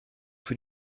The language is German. für